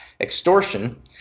extortion